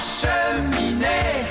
cheminée